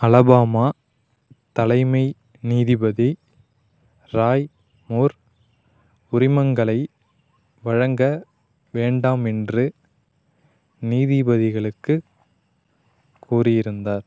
Alabama தலைமை நீதிபதி Roy Moore உரிமங்களை வழங்க வேண்டாம் என்று நீதிபதிகளுக்குக் கூறி இருந்தார்